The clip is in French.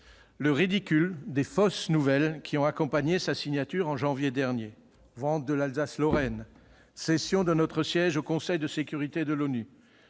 le ridicule des fausses nouvelles qui ont accompagné la signature du traité en janvier dernier : vente de l'Alsace-Lorraine, cession de notre siège au Conseil de sécurité de l'ONU.